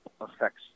affects